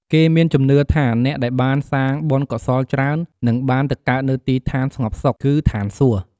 គេមានជំនឿថាអ្នកដែលបានសាងបុណ្យកុសលច្រើន នឹងបានទៅកើតនៅទីឋានស្ងប់សុខ គឺឋានសួគ៍។